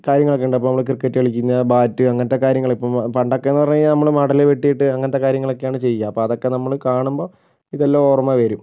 കാര്യങ്ങളൊക്കെയുണ്ട് അപ്പോൾ നമ്മൾ ക്രിക്കറ്റ് കളിക്കുന്ന ബാറ്റ് അങ്ങനത്തെ കാര്യങ്ങൾ ഇപ്പം പണ്ടൊക്കെയെന്ന് പറഞ്ഞുകഴിഞ്ഞാൽ നമ്മൾ മടൽ വെട്ടിയിട്ട് അങ്ങനത്തെ കാര്യങ്ങളൊക്കെയാണ് ചെയ്യുക അപ്പോൾ അതൊക്കെ നമ്മൾ കാണുമ്പോൾ ഇതെല്ലാം ഓർമ്മ വരും